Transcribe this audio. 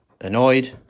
Annoyed